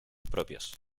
propios